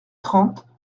trente